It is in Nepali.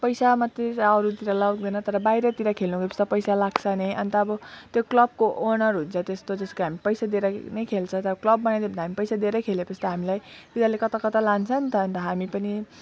पैसामा तिरेर अरूतिर लगाउँदैन तर बाहिरतिर खेल्नु गए पछि त पैसा लाग्छ नै अन्त अब त्यो क्लबको ओनर हुन्छ त्यस्तो जसको हामी पैसा दिएर नै खेल्छ तर क्लब बनाइदियो भने त हामी पैसा दिएर खेले पछि त हामीलाई तिनीहरूले कता कता लान्छ नि त अन्त हामी पनि